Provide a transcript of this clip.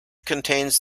contains